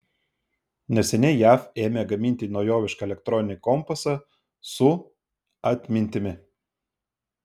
neseniai jav ėmė gaminti naujovišką elektroninį kompasą su atmintimi